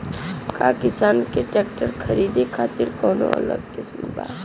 का किसान के ट्रैक्टर खरीदे खातिर कौनो अलग स्किम बा?